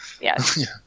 yes